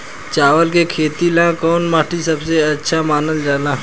चावल के खेती ला कौन माटी सबसे अच्छा मानल जला?